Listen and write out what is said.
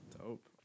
Dope